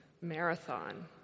marathon